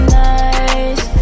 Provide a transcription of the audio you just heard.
nice